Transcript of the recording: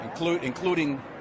including